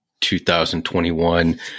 2021